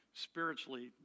spiritually